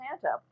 Santa